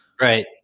Right